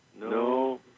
No